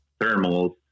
thermals